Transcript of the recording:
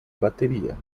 bateria